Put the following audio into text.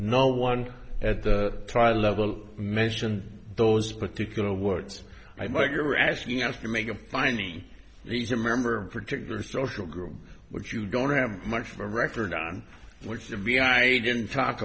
no one at the trial level mentioned those particular words i might you're asking us to make a finding he's a member of particular social group which you don't have much of a record on which to me i didn't talk